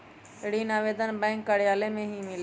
ऋण आवेदन बैंक कार्यालय मे ही मिलेला?